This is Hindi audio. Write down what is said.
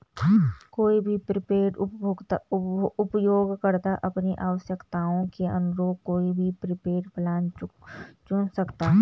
कोई भी प्रीपेड उपयोगकर्ता अपनी आवश्यकताओं के अनुरूप कोई भी प्रीपेड प्लान चुन सकता है